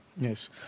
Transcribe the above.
Yes